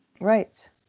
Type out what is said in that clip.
Right